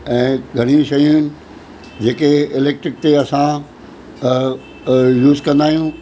ऐं घणियूं शयूं आहिनि जेके इलेक्ट्रिक ते असां यूज़ कंदा आहियूं